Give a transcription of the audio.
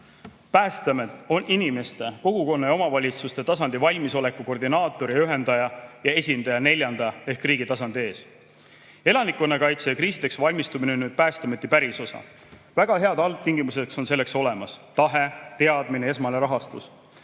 rohkem. Päästeamet on inimeste, kogukonna ja omavalitsuste tasandi valmisoleku koordinaator ja ühendaja ning esindaja neljanda ehk riigi tasandi ees. Elanikkonnakaitse ja kriisideks valmistumine on Päästeameti pärisosa. Väga head algtingimused on selleks olemas: tahe, teadmised, esmane rahastus.